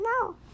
No